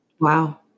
Wow